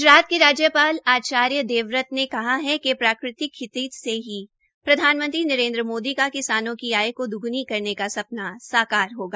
ग्जरात के राज्यपाल आचार्य देवव्रत ने कहा कि प्राकृतिक खेती से ही प्रधानमंत्री नरेन्द्र मोदी का किसानों की आय को द्गनी करने का सपना साकार होगा